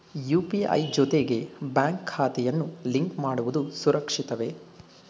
UPI ಜೊತೆಗೆ bank ಖಾತೆಯನ್ನು link ಮಾಡುವುದು ಸುರಕ್ಷಿತವೇ?